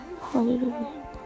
Hallelujah